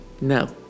No